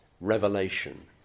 revelation